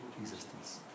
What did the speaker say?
existence